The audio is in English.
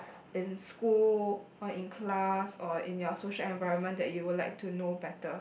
in school or in class or in your social environment that you would like to know better